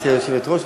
גברתי היושבת-ראש,